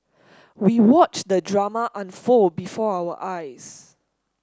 we watched the drama unfold before our eyes